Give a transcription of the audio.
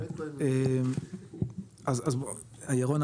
אז ירון,